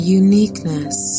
uniqueness